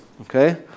okay